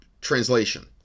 translation